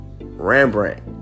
Rembrandt